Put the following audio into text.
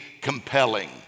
compelling